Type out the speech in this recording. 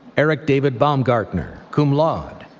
eric david baumgartner, cum laude.